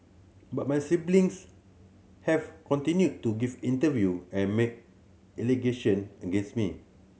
but my siblings have continued to give interview and make allegation against me